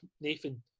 Nathan